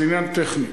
זה עניין טכני.